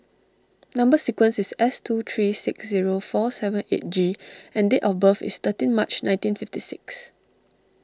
Number Sequence is S two three six zero four seven eight G and date of birth is thirteen March nineteen fifty six